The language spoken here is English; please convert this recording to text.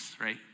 right